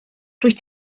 rwyt